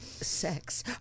sex